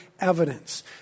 evidence